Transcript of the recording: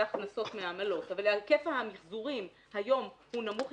היקף המיחזורים הוא היום נמוך,